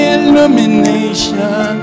illumination